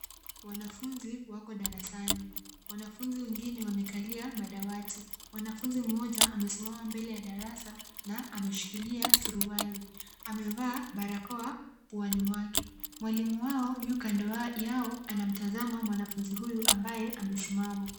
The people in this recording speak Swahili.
Wanafunzi wako darasani. Wanafunzi wengine wamekalia madawati. Mwanafunzi mmoja amesimama mbele ya darasa na ameshikilia suruali. Amevaa barakoa puani mwake. Mwalimu wao yu kando yao anamtazama mwanafunzi huyu ambaye amesimama.